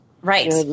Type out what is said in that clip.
right